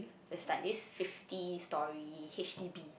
it's like this fifty storey H_D_B